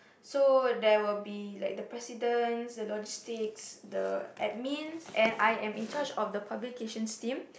so there will be like the president the logistics the admins and I am in charge of the publications team